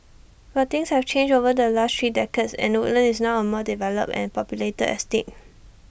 but things have changed over the last three decades and Woodlands is now A more developed and populated estate